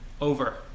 Over